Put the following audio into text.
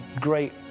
great